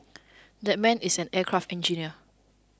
that man is an aircraft engineer